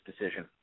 decision